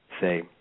say